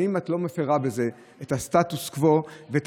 האם את לא מפירה בזה את הסטטוס קוו ואת